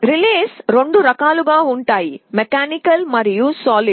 relays రెండు రకాలుగా ఉంటాయి యాంత్రిక మరియు ఘన స్థితి